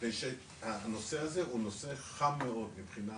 מפני שהנושא הזה הוא נושא חם מאוד מבחינה